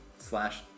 slash